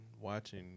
watching